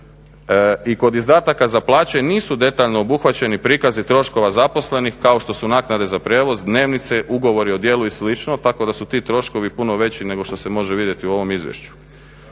i kod izdataka za plaće nisu detaljno obuhvaćeni prikazi troškova zaposlenik kako što su naknade za prijevoz, dnevnice, ugovori o djelu i slično, tako da su ti troškovi puno veći nego što se može vidjeti u ovom izvješću.